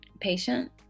patient